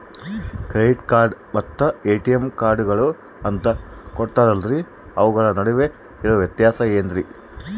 Credit card ಮತ್ತ ATM ಕಾರ್ಡುಗಳು ಅಂತಾ ಕೊಡುತ್ತಾರಲ್ರಿ ಅವುಗಳ ನಡುವೆ ಇರೋ ವ್ಯತ್ಯಾಸ ಏನ್ರಿ?